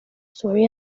story